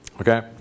Okay